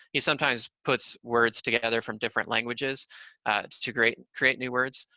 he sometimes puts words together from different languages to great create new words,